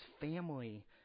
family